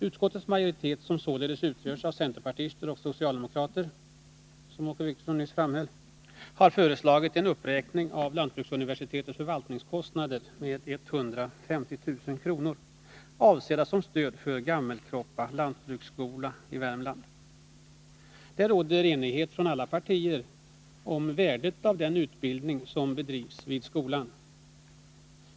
Utskottets majoritet, som således utgörs av centerpartister och socialdemokrater, har föreslagit en uppräkning av anslaget till lantbruksuniversitetets förvaltningskostnader med 150 000 kr., avsedda som stöd för Gammelkroppa skogsskola i Värmland. Det råder enighet från alla partier om värdet av den utbildning som bedrivs vid skolan.